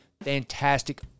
Fantastic